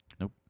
Nope